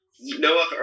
Noah